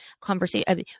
conversation